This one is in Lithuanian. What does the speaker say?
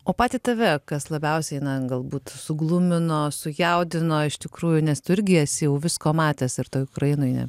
o patį tave kas labiausiai na galbūt suglumino sujaudino iš tikrųjų nes tu irgi esi jau visko matęs ir toj ukrainoj ne